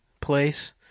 place